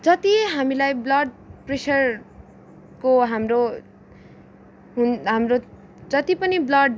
जति हामीलाई ब्लड प्रेसरको हाम्रो हाम्रो जति पनि ब्लड